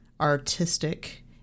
artistic